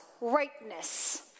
rightness